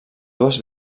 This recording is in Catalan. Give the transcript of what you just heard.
dues